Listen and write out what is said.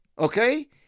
Okay